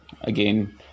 again